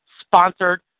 sponsored